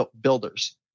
builders